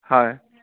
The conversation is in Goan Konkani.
हय